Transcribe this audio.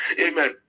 Amen